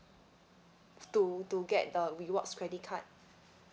to to get the rewards credit card